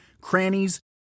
crannies